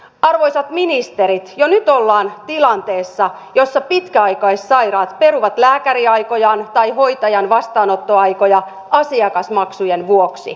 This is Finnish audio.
arvoisat ministerit jo nyt ollaan tilanteessa jossa pitkäaikaissairaat peruvat lääkäriaikojaan tai hoitajan vastaanottoaikoja asiakasmaksujen vuoksi